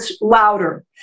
louder